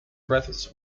breaths